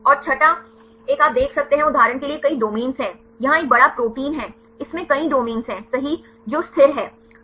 और छठा एक आप देख सकते हैं उदाहरण के लिए कई डोमेन हैं यहां एक बड़ा प्रोटीन है इसमें कई डोमेन हैं सही जो स्थिर हैं